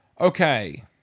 Okay